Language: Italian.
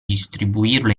distribuirlo